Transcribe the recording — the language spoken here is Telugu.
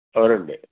ఎవరండీ